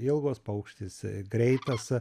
ilgos paukštis greitas